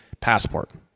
passport